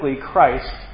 Christ